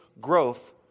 growth